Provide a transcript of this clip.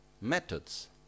methods